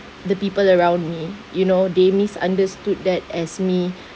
the people around me you know they misunderstood that as me